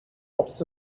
obcy